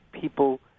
people